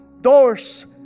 Doors